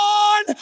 on